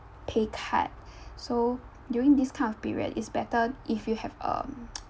pay cut so during this kind of period it's better if you have a